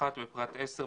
בפרט 10,